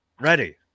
Ready